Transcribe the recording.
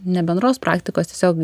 ne bendros praktikos tiesiog